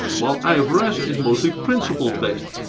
while ifrs is mostly principles-based.